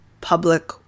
public